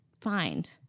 find